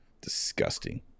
Disgusting